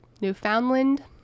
Newfoundland